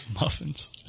Muffins